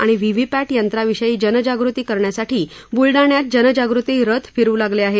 आणि व्हिव्हीपॅट यंत्राविषयी जनजागृती करण्यासाठी बुलडाण्यात जनजागृती रथ फिरु लागले आहेत